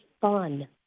fun